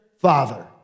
Father